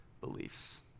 beliefs